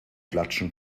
klatschen